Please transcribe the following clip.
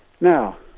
Now